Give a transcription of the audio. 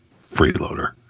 freeloader